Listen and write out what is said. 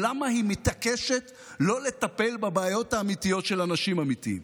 או למה היא מתעקשת לא לטפל בבעיות האמיתיות של אנשים אמיתיים?